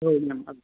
औ मेम